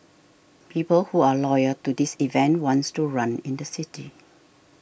people who are loyal to this event wants to run in the city